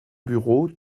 bureau